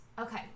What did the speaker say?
Okay